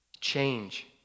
Change